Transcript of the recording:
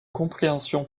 compréhension